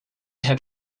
had